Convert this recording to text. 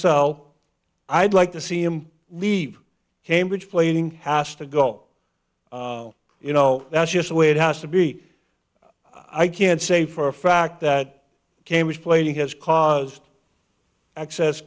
sell i'd like to see him leave cambridge planing asked to go you know that's just the way it has to be i can't say for a fact that cambridge plainly has caused access